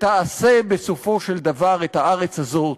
שתעשה בסופו של דבר את הארץ הזאת,